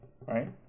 right